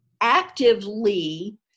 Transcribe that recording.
actively